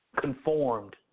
Conformed